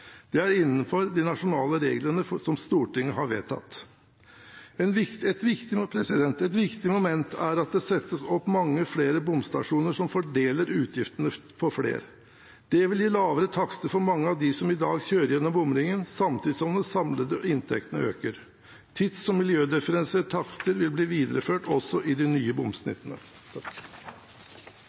Det er innenfor de nasjonale reglene som Stortinget har vedtatt. Et viktig moment er at det settes opp mange flere bomstasjoner som fordeler utgiftene på flere. Det vil gi lavere takster for mange av dem som i dag kjører gjennom bomringen, samtidig som de samlede inntektene øker. Tids- og miljødifferensierte takster vil bli videreført også i de nye bomsnittene.